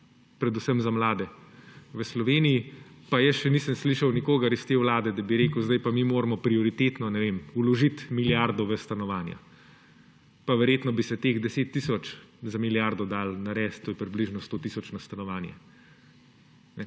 predvsem za mlade. Pa jaz še nisem slišal nikogar iz te vlade, da bi rekel, zdaj pa mi moramo prioritetno, ne vem, vložiti milijardo v stanovanja. Pa verjetno bi se teh 10 tisoč za milijardo dalo narediti, to je približno 100 tisoč na stanovanje.